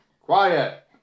Quiet